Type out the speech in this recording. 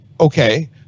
Okay